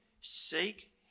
seek